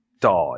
die